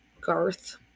Garth